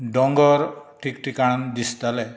दोंगर ठिकठिकाणार दिसताले